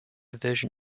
version